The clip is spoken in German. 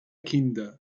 kinder